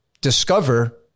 discover